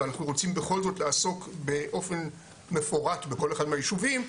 ואנחנו רוצים בכל זאת לעסוק באופן מפורט בכל אחד מהיישובים,